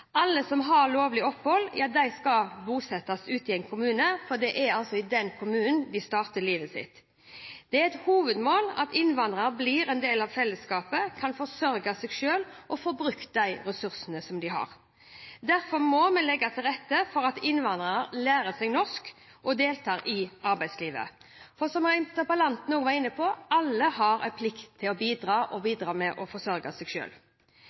Alle som har lovlig opphold, skal bosettes i en kommune og starte livene sine i den kommunen. Det er et hovedmål at innvandrere blir en del av fellesskapet, kan forsørge seg selv og får brukt ressursene sine. Derfor må vi legge til rette for at innvandrere lærer norsk og deltar i arbeidslivet. Og som interpellanten også var inne på: Alle har en plikt til å bidra og bidra til å forsørge seg